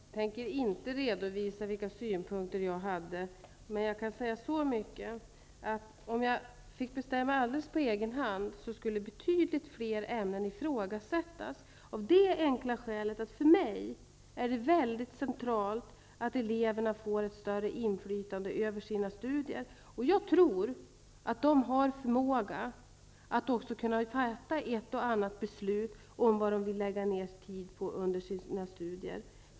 Fru talman! Jag tänker inte redovisa vilka synpunkter jag hade, men jag kan säga så mycket, att om jag fick bestämma på egen hand skulle betydligt fler ämnen ifrågasättas, av det enkla skälet att det för mig är centralt att eleverna får ett större inflytande över sina studier. Jag tror att de har förmåga att fatta ett och annat beslut om vad de vill lägga ner tid på under sina studier.